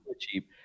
cheap